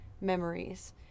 memories